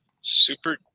Super